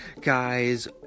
guys